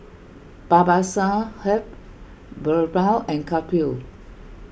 Babasaheb Birbal and Kapil